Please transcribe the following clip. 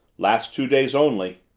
last two days only.